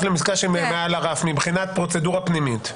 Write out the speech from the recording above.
לעסקה שמעל לרף מבחינת פרוצדורה פנימית?